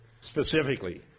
specifically